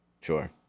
Sure